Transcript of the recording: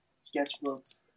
sketchbooks